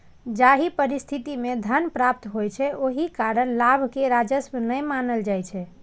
जाहि परिस्थिति मे धन प्राप्त होइ छै, ओहि कारण लाभ कें राजस्व नै मानल जाइ छै